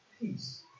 peace